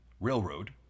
railroad